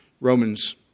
Romans